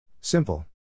Simple